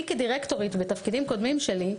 אני כדירקטורית בתפקידים קודמים שלי,